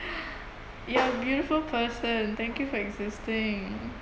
you're a beautiful person thank you for existing